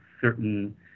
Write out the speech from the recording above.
certain